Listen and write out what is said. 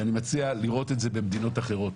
ואני מציע לראות את זה במדינות אחרות.